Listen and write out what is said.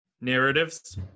narratives